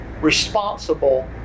responsible